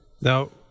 Now